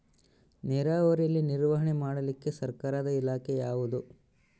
ನೇರಾವರಿಯಲ್ಲಿ ನಿರ್ವಹಣೆ ಮಾಡಲಿಕ್ಕೆ ಸರ್ಕಾರದ ಇಲಾಖೆ ಯಾವುದು?